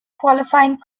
qualifying